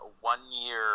one-year